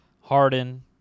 Harden